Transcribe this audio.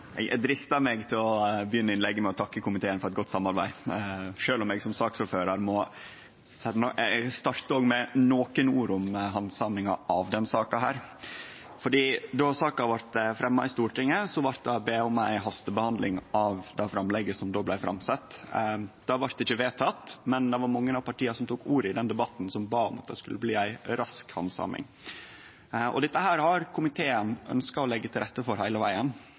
Eg dristar meg til å begynne innlegget med å takke komiteen for eit godt samarbeid, sjølv om eg som saksordførar òg må starte med nokre ord om handsaminga av denne saka. Då saka blei fremja i Stortinget, blei det bede om ei hastebehandling av det framlegget som då blei sett fram. Det blei ikkje vedteke, men det var mange av partia som tok ordet i den debatten, og bad om at det skulle bli ei rask handsaming. Dette har komiteen ønskt å leggje til rette for heile vegen.